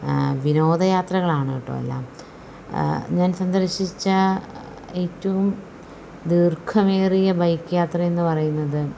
വിനോദയാത്രകളാണ് കേട്ടോ എല്ലാം ഞാൻ സന്ദർശിച്ച ഏറ്റവും ദീർഘമേറിയ ബൈക്ക് യാത്രയെന്നു പറയുന്നത്